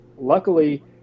Luckily